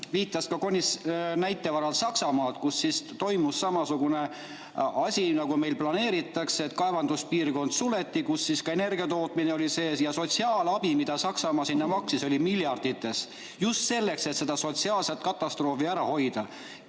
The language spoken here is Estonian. viitas Konist Saksamaa näite varal, kus toimus samasugune asi, nagu meil planeeritakse. Suleti kaevanduspiirkond, kus ka energiatootmine oli sees, ja sotsiaalabi, mida Saksamaa sinna maksis, oli miljardites – just selleks, et seda sotsiaalset katastroofi ära hoida